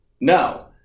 No